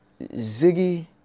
Ziggy